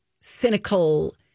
cynical